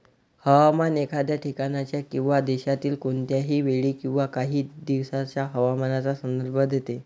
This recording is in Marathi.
हवामान एखाद्या ठिकाणाच्या किंवा देशातील कोणत्याही वेळी किंवा काही दिवसांच्या हवामानाचा संदर्भ देते